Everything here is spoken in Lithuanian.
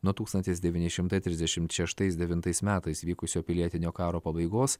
nuo tūkstantis devyni šimtai trisdešimt šeštais devintais metais vykusio pilietinio karo pabaigos